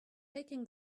shaking